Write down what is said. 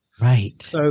Right